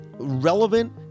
relevant